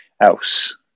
else